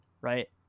right